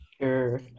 Sure